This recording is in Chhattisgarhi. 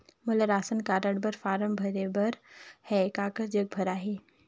मोला राशन कारड बर फारम भरे बर हे काकर जग भराही?